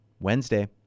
Wednesday